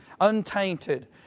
untainted